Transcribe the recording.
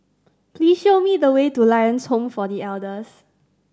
please show me the way to Lions Home for The Elders